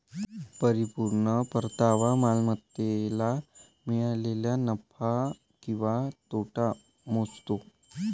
परिपूर्ण परतावा मालमत्तेला मिळालेला नफा किंवा तोटा मोजतो